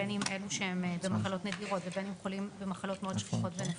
בין עם אלו שעם מחלות נדירות ובין עם אלו שחולים במחלות מאוד נפוצות,